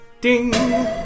ding